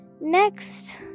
Next